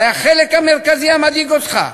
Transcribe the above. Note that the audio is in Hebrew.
הרי החלק המרכזי המדאיג אותך,